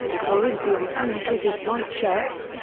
corinthians' home kit is white shirts,